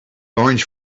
orange